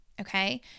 Okay